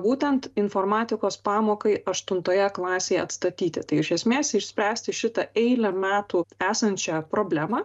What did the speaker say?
būtent informatikos pamokai aštuntoje klasėje atstatyti tai iš esmės išspręsti šitą eilę metų esančią problemą